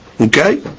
Okay